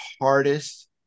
hardest